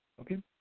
okay